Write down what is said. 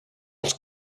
als